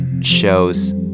shows